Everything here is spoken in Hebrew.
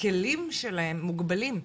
הכלים שלהם מוגבלים.